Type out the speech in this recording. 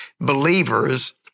believers